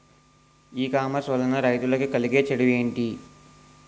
ఈ కామర్స్ వలన రైతులకి కలిగే చెడు ఎంటి?